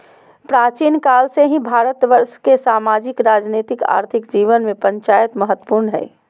प्राचीन काल से ही भारतवर्ष के सामाजिक, राजनीतिक, आर्थिक जीवन में पंचायत महत्वपूर्ण हइ